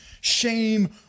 shame